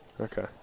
Okay